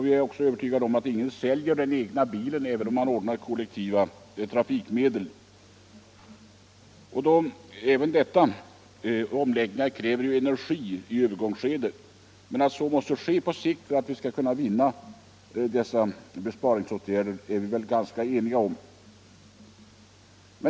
Vi är också övertygade om att ingen säljer den egna bilen om kollektivtrafiken utökas. En sådan omläggning kräver därför ökad energiförbrukning i ett övergångsskede. Men att så måste ske på sikt för att vi skall kunna åstadkomma besparingar är vi väl ganska ense om.